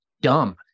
dumb